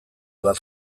bat